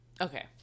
okay